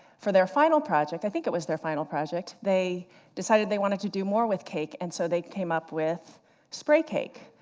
for their final project i think it was their final project they decided they wanted to do more with cake, and so they came up with spray cake.